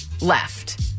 left